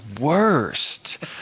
worst